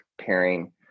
pairing